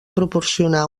proporcionar